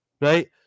right